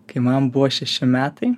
kai man buvo šeši metai